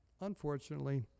unfortunately